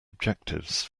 objectives